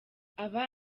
aba